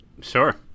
Sure